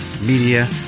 media